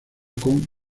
con